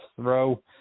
throw